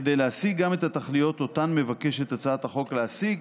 כדי להשיג גם את התכליות שאותן מבקשת הצעת החוק להשיג,